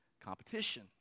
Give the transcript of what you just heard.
competition